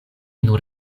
nur